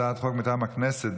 הצעת חוק מטעם הכנסת,